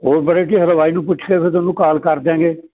ਹੋਰ ਕੀ ਹਲਵਾਈ ਨੂੰ ਪੁੱਛ ਕੇ ਫਿਰ ਤੁਹਾਨੂੰ ਕਾਲ ਕਰ ਦਿਆਂਗੇ